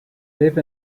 live